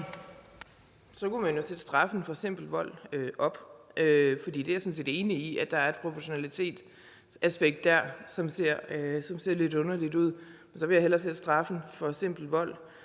Så kunne man jo sætte straffen for simpel vold op, for jeg er sådan set enig i, at der er et proportionalitetsaspekt dér, som ser lidt underligt ud. Så vil jeg hellere sætte straffen for simpel vold